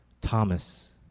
Thomas